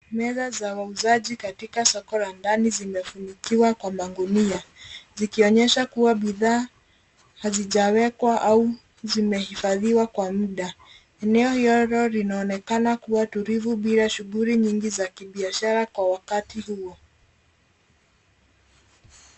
Meza za wauzaji katika soko la ndani zimefunikiwa kwa magunia zikionyesha kua bidhaa hazijawekwa au zimehifadhiwa kwa muda. Eneo hilo linaonekana kua tulivu bila shughuli nyingi za kibiashara kwa wakati huo.